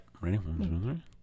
ready